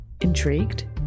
Intrigued